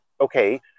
okay